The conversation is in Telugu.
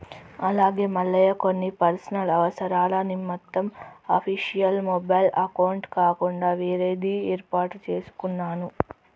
అలాగే మల్లయ్య కొన్ని పర్సనల్ అవసరాల నిమిత్తం అఫీషియల్ మొబైల్ అకౌంట్ కాకుండా వేరేది ఏర్పాటు చేసుకున్నాను